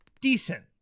decent